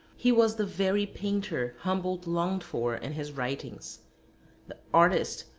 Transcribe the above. he was the very painter humboldt longed for in his writings the artist,